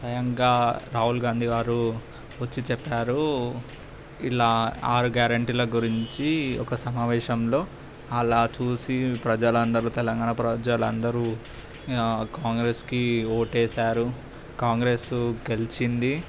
స్వయంగా రాహుల్ గాంధీ గారు వచ్చి చెప్పారు ఇలా ఆరు గ్యారంటీల గురించి ఒక సమావేశంలో అలా చూసి ఈ ప్రజలందరు తెలంగాణ ప్రజలందరు కాంగ్రెస్కి ఓటు వేసారు కాంగ్రెసు గెలిచింది